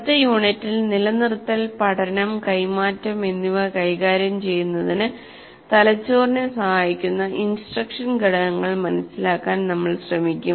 അടുത്ത യൂണിറ്റിൽ നിലനിർത്തൽ പഠനം കൈമാറ്റം എന്നിവ കൈകാര്യം ചെയ്യുന്നതിന് തലച്ചോറിനെ സഹായിക്കുന്ന ഇൻസ്ട്രക്ഷൻ ഘടകങ്ങൾ മനസിലാക്കാൻ നമ്മൾ ശ്രമിക്കും